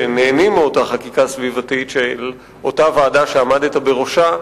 שנהנים מאותה חקיקה סביבתית של אותה ועדה שעמדת בראשה,